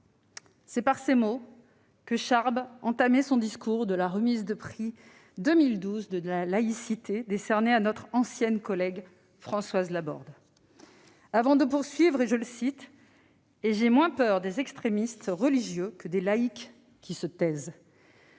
mes chers collègues, que Charb entamait son discours de remise du prix 2012 de la laïcité, décerné à notre ancienne collègue Françoise Laborde. Il poursuivait ainsi :« Et j'ai moins peur des extrémistes religieux que des laïques qui se taisent. »